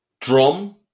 drum